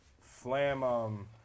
Flam